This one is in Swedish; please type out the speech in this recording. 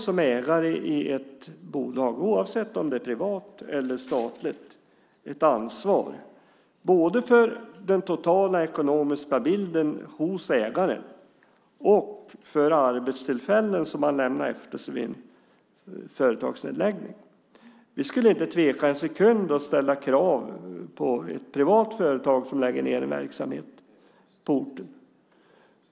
Som ägare i ett bolag - privat eller statligt - har man ett ansvar, både för den totala ekonomiska bilden hos ägaren och för arbetstillfällen som går förlorade vid en företagsnedläggning. Vi skulle inte tveka en sekund att ställa krav på ett privat företag som lägger ned en verksamhet på orten.